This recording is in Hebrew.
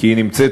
כי היא נמצאת